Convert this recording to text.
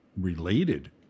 related